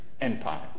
Empire